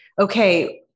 okay